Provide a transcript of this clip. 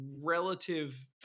relative